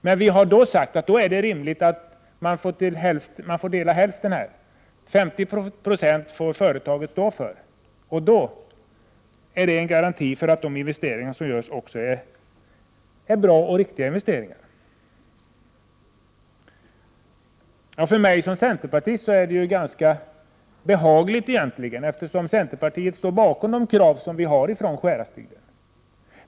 Men vi har då sagt att det är rimligt att man får hälften var, att företagen får stå för 50 26 och därmed garantera att de investeringar som görs är bra och riktiga. För mig som centerpartist känns det ganska behagligt egentligen, eftersom centern står bakom de krav som ställts från Sjuhäradsbygden.